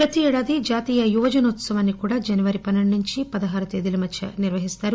ప్రతి ఏడాది జాతీయ యువజన ఉత్సవాన్ని కూడా జనవరి పన్నెండు నుంచి పదహారు తేదీల మధ్య నిర్వహిస్తారు